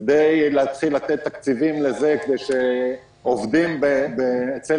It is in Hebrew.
כדאי להתחיל לתת תקציבים לזה כדי שהעובדים אצל